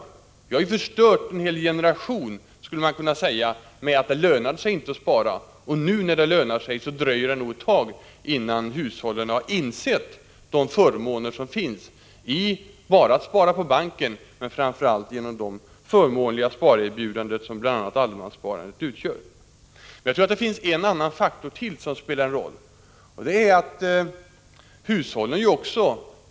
Man skulle kunna säga att vi har förstört en hel generation genom att det inte lönat sig att spara, och nu när det lönar sig dröjer det nog ett tag innan hushållen insett de förmåner som finns i att spara inte bara på bank utan framför allt genom de förmånliga sparerbjudanden som bl.a. allemanssparandet utgör. Jag tror också att det finns en annan faktor som spelar roll här.